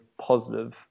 positive